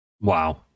Wow